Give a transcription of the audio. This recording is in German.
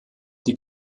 die